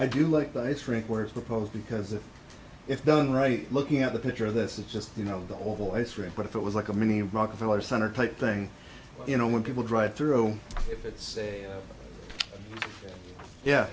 i do like the ice rink where it's proposed because if done right looking at the picture this is just you know the overall ice rink but if it was like a mini rockefeller center type thing you know when people drive through if it's a yeah